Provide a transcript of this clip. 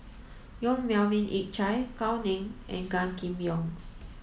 Yong Melvin Yik Chye Gao Ning and Gan Kim Yong